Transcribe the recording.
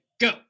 go